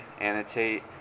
annotate